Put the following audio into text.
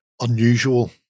unusual